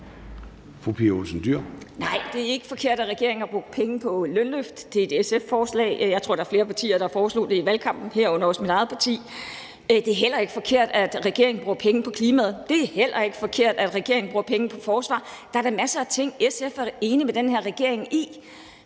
Nej, det er ikke forkert, at regeringen har brugt penge på lønløft. Det er et SF-forslag. Jeg tror, der var flere partier, der foreslog det i valgkampen, herunder også mit eget parti. Det er heller ikke forkert, at regeringen bruger penge på klimaet. Det er heller ikke forkert, at regeringen bruger penge på forsvaret. Der er der masser af ting, SF er enig med den her regering i,